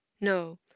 no